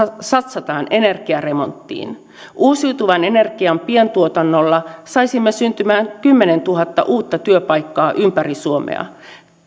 satsataan energiaremonttiin uusiutuvan energian pientuotannolla saisimme syntymään kymmenentuhatta uutta työpaikkaa ympäri suomea